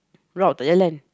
route untuk jalan